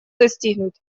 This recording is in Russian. достигнут